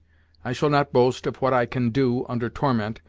i shall not boast of what i can do, under torment,